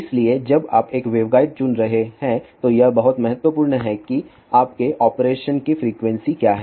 इसलिए जब आप एक वेवगाइड चुन रहे हैं तो यह बहुत महत्वपूर्ण है कि आपके ऑपरेशन की फ्रीक्वेंसी क्या है